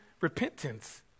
repentance